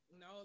No